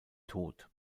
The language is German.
tod